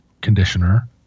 conditioner